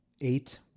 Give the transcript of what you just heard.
Eight